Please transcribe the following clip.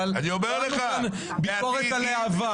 אבל שמענו כבר ביקורת על העבר.